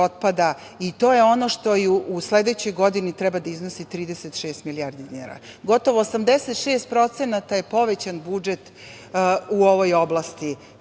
To je ono što u sledećoj godini treba da iznosi 36 milijardi dinara. Gotovo 86% je povećan budžet u ovoj oblasti,